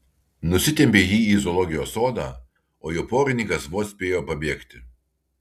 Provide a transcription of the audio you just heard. nusitempė jį į zoologijos sodą o jo porininkas vos spėjo pabėgti